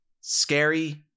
scary